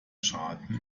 schaden